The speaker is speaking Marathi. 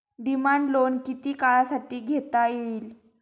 डिमांड लोन किती काळासाठी घेता येईल?